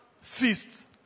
feast